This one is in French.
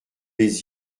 les